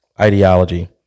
ideology